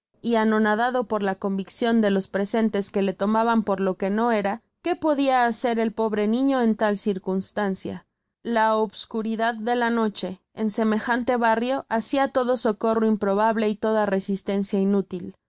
y anonadado por la conviccion de los presenles que le tomaban por lo que no era que podia hacer el pobre niño en tal circunstancia la obscuridad de la noche en semejante barrio hacia todo socorro improbable y toda resistencia inútil en